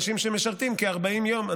אנשים שמשרתים כ-40 יום.